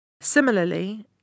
Similarly